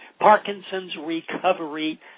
Parkinson'sRecovery